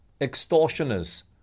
extortioners